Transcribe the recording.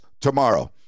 tomorrow